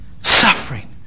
suffering